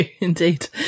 indeed